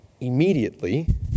immediately